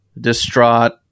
distraught